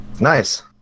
Nice